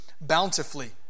bountifully